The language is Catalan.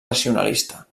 racionalista